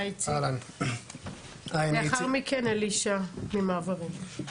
הי איציק, לאחר מכן אלישע ממעברות.